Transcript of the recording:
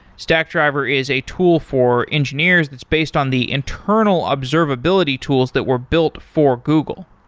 stackdriver is a tool for engineers that's based on the internal observability tools that were built for google.